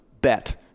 bet